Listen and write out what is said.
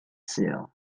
sul